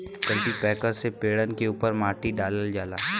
cultipacker से पेड़न के उपर माटी डालल जाला